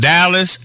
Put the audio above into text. Dallas